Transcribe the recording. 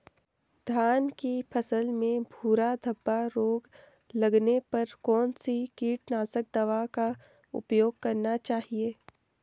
धान की फसल में भूरा धब्बा रोग लगने पर कौन सी कीटनाशक दवा का उपयोग करना चाहिए?